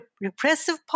repressive